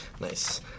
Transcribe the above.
Nice